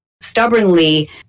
stubbornly